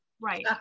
Right